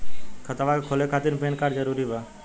खतवा के खोले खातिर पेन कार्ड जरूरी बा?